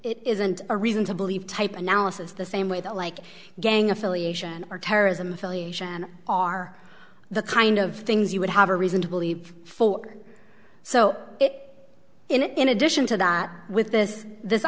it isn't a reason to believe type analysis the same way the like gang affiliation or terrorism are the kind of things you would have a reason to believe for so it in addition to that with this this